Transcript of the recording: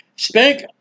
Spank